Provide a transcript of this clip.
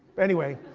anyway,